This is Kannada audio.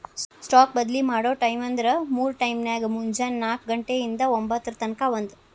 ಸ್ಟಾಕ್ ಬದ್ಲಿ ಮಾಡೊ ಟೈಮ್ವ್ಂದ್ರ ಮೂರ್ ಟೈಮ್ನ್ಯಾಗ, ಮುಂಜೆನೆ ನಾಕ ಘಂಟೆ ಇಂದಾ ಒಂಭತ್ತರ ತನಕಾ ಒಂದ್